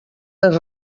les